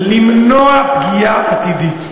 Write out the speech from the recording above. פגיעה עתידית.